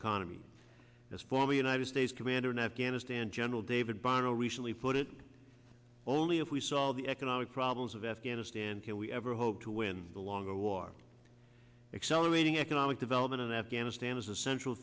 economy as former united states commander in afghanistan general david barno recently put it only if we saw the economic problems of afghanistan can we ever hope to win the long war accelerating economic development in afghanistan as a central